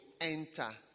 enter